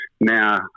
now